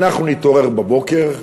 אנחנו נתעורר בבוקר,